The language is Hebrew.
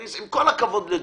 עם כל הכבוד לדב,